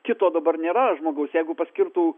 kito dabar nėra žmogaus jeigu paskirtų